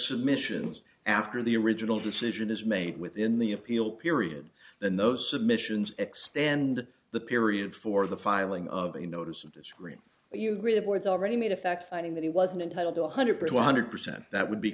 submissions after the original decision is made within the appeal period then those submissions extend the period for the filing of a notice of the screen you agree the board's already made a fact finding that he wasn't entitled to one hundred per one hundred percent that would be